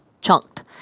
chunked